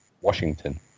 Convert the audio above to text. Washington